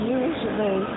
usually